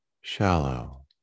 shallow